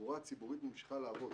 התחבורה הציבורית ממשיכה לעבוד.